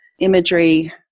imagery